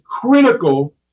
critical